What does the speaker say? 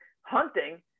hunting